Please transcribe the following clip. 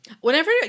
Whenever